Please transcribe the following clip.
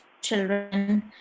children